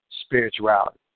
spirituality